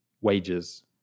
wages